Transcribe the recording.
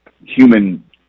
human